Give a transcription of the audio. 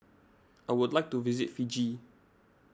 I would like to visit Fiji